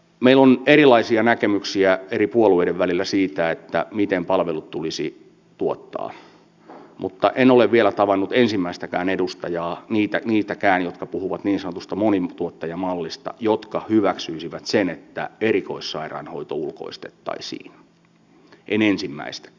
meillä on erilaisia näkemyksiä eri puolueiden välillä siitä miten palvelut tulisi tuottaa mutta en ole vielä tavannut ensimmäistäkään edustajaa niitäkään jotka puhuvat niin sanotusta monituottajamallista joka hyväksyisi sen että erikoissairaanhoito ulkoistettaisiin en ensimmäistäkään